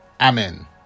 Amen